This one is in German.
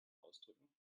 ausdrücken